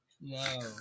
no